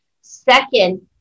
Second